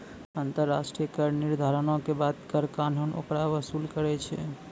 अन्तर्राष्ट्रिय कर निर्धारणो के बाद कर कानून ओकरा वसूल करै छै